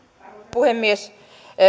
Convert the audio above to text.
puhemies